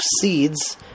seeds